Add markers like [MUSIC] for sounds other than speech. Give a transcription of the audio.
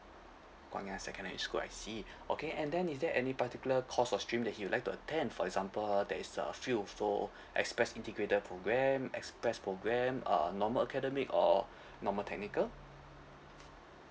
guangyang secondary school I see okay and then is there any particular course of stream that he'd like to attend for example there is a few also express integrated programme express programme uh normal academic or [BREATH] normal technical